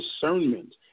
discernment